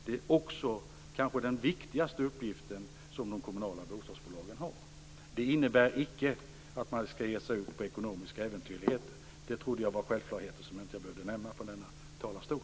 Det är kanske den viktigaste uppgift som de kommunala bostadsbolagen har. Det innebär inte att man skall ge sig ut på ekonomiska äventyrligheter. Det trodde jag var självklarheter som jag inte behövde nämna från denna talarstol.